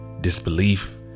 disbelief